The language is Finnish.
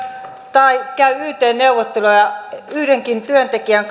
tai käy yt neuvotteluja yhdenkin työntekijän